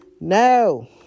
no